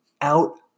out